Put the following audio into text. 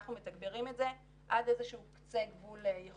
אנחנו מתגברים את זה עד איזה שהוא קצה גבול יכולת